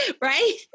right